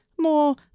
More